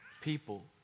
people